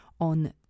on